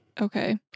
Okay